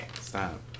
Stop